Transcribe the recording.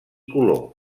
color